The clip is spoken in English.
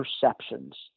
perceptions